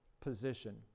position